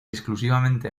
exclusivamente